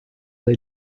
dei